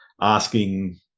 asking